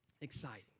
exciting